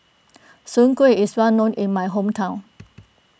Soon Kueh is well known in my hometown